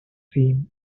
seem